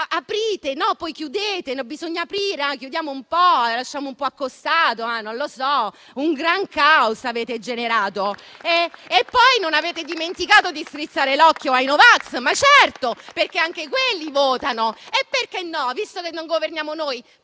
aprite; no, chiudete; bisogna aprire; chiudiamo un po', lasciamo un po' accostato. Un gran caos avete generato. E poi non avete dimenticato di strizzare l'occhio ai no vax, certo, perché anche quelli votano. E perché no, visto che non governavate voi,